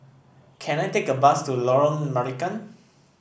can I take a bus to Lorong Marican